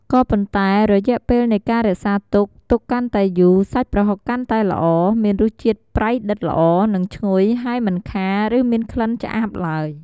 ក៏ប៉ុន្តែរយៈពេលនៃការរក្សាទុក ទុកកាន់តែយូរ សាច់ប្រហុកកាន់តែល្អ មានរសជាតិប្រៃដិតល្អ និងឈ្ងុយ ហើយមិនខារ ឬមានក្លិនឆ្អាបឡើយ។